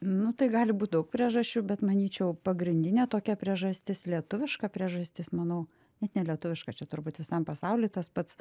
nu tai gali būt daug priežasčių bet manyčiau pagrindinė tokia priežastis lietuviška priežastis manau net ne lietuviška čia turbūt visam pasauly tas pats